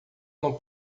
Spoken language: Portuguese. não